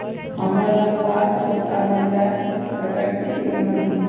हमरा लग पास छोट आऽ मझिला प्रकार के खेती के मशीन हई